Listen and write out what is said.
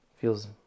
feels